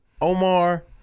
Omar